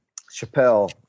Chappelle